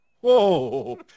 Whoa